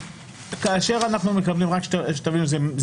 כאשר אנחנו מקבלים זה מתלול.